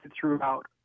throughout